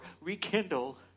rekindle